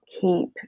keep